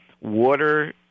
water